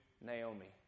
Naomi